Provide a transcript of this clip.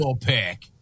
pick